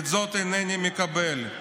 את זאת אינני מקבל.